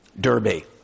Derby